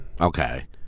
okay